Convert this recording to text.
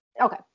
Okay